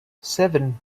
seven